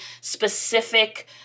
specific